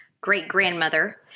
great-grandmother